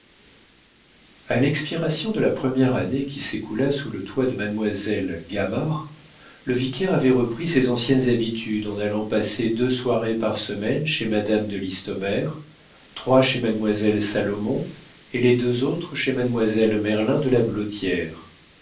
a l'expiration de la première année qui s'écoula sous le toit de mademoiselle gamard le vicaire avait repris ses anciennes habitudes en allant passer deux soirées par semaine chez madame de listomère trois chez mademoiselle salomon et les deux autres chez mademoiselle merlin de la